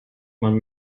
man